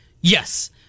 Yes